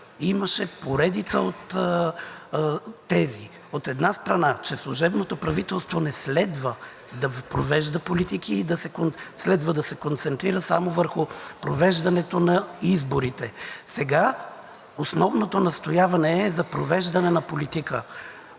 имаше поредица от тези – от една страна, че служебното правителство не следва да провежда политики и следва да се концентрира само върху провеждането на изборите, сега основното настояване е за провеждане на политика.